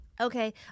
Okay